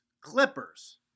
Clippers